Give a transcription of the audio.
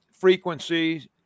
frequencies